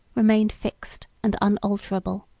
remained fixed and unalterable.